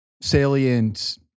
salient